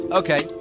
okay